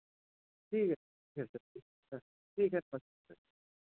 ठीक है ठीक है सर ठीक है